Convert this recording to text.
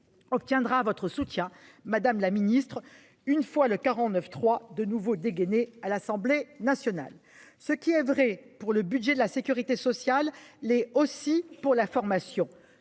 Obtiendra votre soutien. Madame la ministre. Une fois le 49.3 de nouveau dégainé à l'Assemblée nationale, ce qui est vrai pour le budget de la Sécurité sociale l'aussi pour la formation,